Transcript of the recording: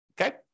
okay